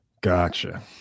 gotcha